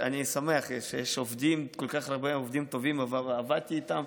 אני שמח שיש כל כך הרבה עובדים טובים שעבדתי איתם,